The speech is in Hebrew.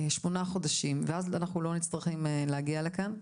שמונה חדשים ואז אנחנו לא צריכים להגיע לכאן?